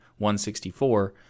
164